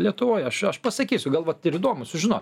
lietuvoj aš aš pasakysiu gal vat ir įdomu sužinot